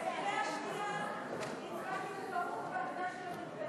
בקריאה השנייה הצבעתי בטעות מהעמדה של עמיר פרץ.